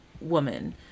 woman